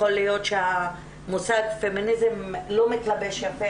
יכול להיות שהמושג פמיניזם לא מתלבש יפה